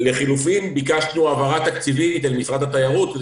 לחילופין ביקשנו העברה תקציבית אל משרד התיירות כדי